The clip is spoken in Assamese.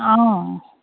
অঁ